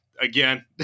again